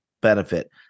benefit